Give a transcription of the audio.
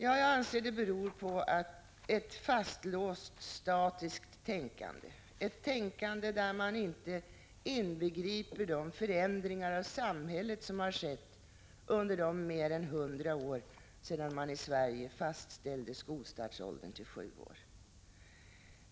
Jag anser att det beror på ett fastlåst statiskt tänkande, ett tänkande där man inte inbegriper de förändringar av samhället som har skett under de mer än hundra år som gått sedan skolstartsåldern i Sverige fastställdes till sju år.